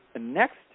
next